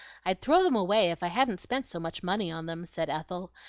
i'd throw them away if i hadn't spent so much money on them, said ethel,